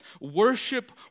Worship